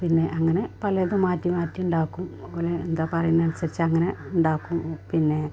പിന്നെ അങ്ങനെ പലതും മാറ്റി മാറ്റി ഉണ്ടാക്കും അങ്ങനെ എന്താ പറന്നേനനുസരിച്ച് അങ്ങനെ ഉണ്ടാക്കും പിന്നെ